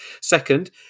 Second